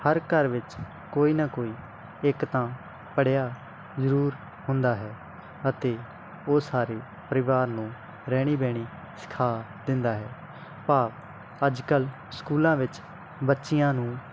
ਹਰ ਘਰ ਵਿੱਚ ਕੋਈ ਨਾ ਕੋਈ ਇੱਕ ਤਾਂ ਪੜ੍ਹਿਆ ਜ਼ਰੂਰ ਹੁੰਦਾ ਹੈ ਅਤੇ ਉਹ ਸਾਰੇ ਪਰਿਵਾਰ ਨੂੰ ਰਹਿਣੀ ਬਹਿਣੀ ਸਿਖਾ ਦਿੰਦਾ ਹੈ ਭਾਵ ਅੱਜ ਕੱਲ੍ਹ ਸਕੂਲਾਂ ਵਿੱਚ ਬੱਚੀਆਂ ਨੂੰ